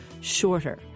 shorter